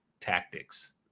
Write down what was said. tactics